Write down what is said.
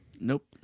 Nope